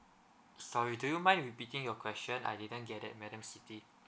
sorry do you mind repeating your question I didn't get it madam siti